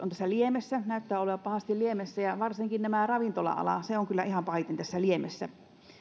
tässä liemessä näyttävät olevan pahasti liemessä ja varsinkin tämä ravintola ala on kyllä ihan pahiten tässä liemessä